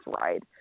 ride